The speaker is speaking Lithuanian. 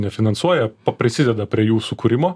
nefinansuoja prisideda prie jų sukūrimo